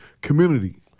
community